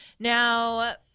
Now